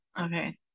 Okay